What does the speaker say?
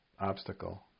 obstacle